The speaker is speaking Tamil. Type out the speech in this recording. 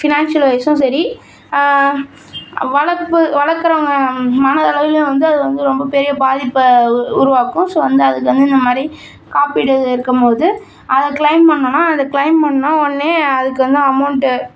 ஃபினான்சியல் வைஸும் சரி வளர்ப்பு வளக்கிறவங்க மனதளவிலேயும் வந்து அது வந்து ரொம்ப பெரிய பாதிப்பை உ உருவாக்கும் ஸோ வந்து அதுக்கு வந்து இந்தமாதிரி காப்பீடு இருக்கும்போது அதை க்ளைம் பண்ணோம்ன்னா அது க்ளைம் பண்ணவொடனே அதுக்கு வந்து அமௌண்ட்டு